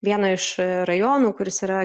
vieno iš rajonų kuris yra